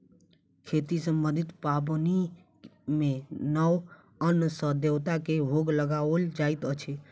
खेती सम्बन्धी पाबनि मे नव अन्न सॅ देवता के भोग लगाओल जाइत अछि